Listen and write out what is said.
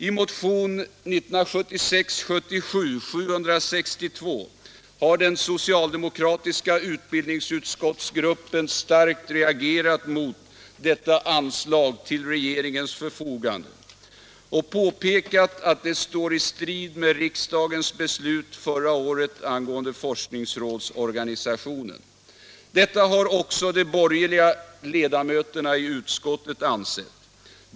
I motionen 1976/77:762 har den socialdemokratiska utbildningsutskottsgruppen starkt reagerat mot detta anslag till regeringens förfogande och påpekat att det står i strid med riksdagens beslut förra året angående forskningsrådsorganisationen. Det har också de borgerliga ledamöterna i utskottet ansett.